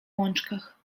łączkach